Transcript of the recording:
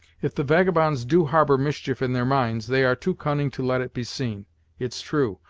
if the vagabonds do harbor mischief in their minds, they are too cunning to let it be seen it's true,